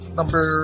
number